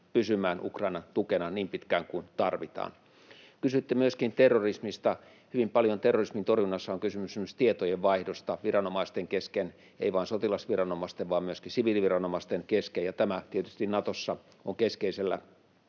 pysymään Ukrainan tukena niin pitkään kuin tarvitaan. Kysyitte myöskin terrorismista. Hyvin paljon terrorismin torjunnassa on kysymys esimerkiksi tietojenvaihdosta viranomaisten kesken, ei vain sotilasviranomaisten vaan myöskin siviiliviranomaisten kesken, ja tämä tietysti Natossa on keskeisessä